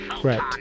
Correct